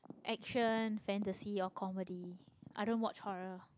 action fantasy or comedy I don't watch horror